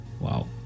wow